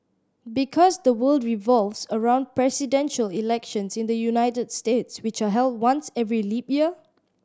because the world revolves around presidential elections in the United States which are held once every leap year